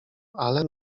ale